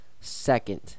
second